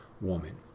woman